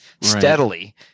steadily